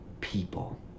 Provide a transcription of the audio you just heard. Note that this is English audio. people